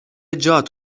جات